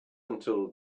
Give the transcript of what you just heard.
until